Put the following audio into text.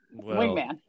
Wingman